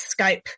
Skype